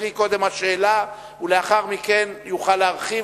כל זמן שאני לא מסתדר עם הרגל,